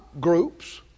groups